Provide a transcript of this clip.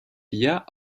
dir